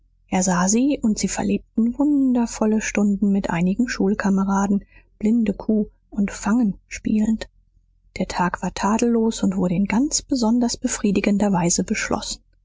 er sah sie und sie verlebten wundervolle stunden mit einigen schulkameraden blindekuh und fangen spielend der tag war tadellos und wurde in ganz besonders befriedigender weise beschlossen